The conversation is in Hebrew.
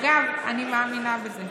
אגב, אני מאמינה בזה,